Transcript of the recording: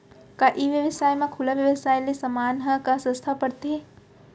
का ई व्यवसाय म खुला व्यवसाय ले समान ह का सस्ता पढ़थे?